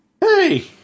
Hey